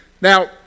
Now